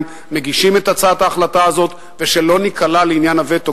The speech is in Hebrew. מגישים את הצעת ההחלטה הזאת ושלא ניקלע לעניין הווטו,